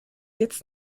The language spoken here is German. jetzt